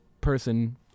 person